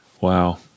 Wow